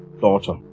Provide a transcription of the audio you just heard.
daughter